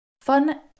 Fun